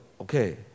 okay